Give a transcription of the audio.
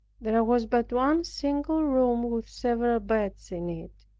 there was but one single room with several beds in it,